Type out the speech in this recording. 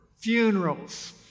Funerals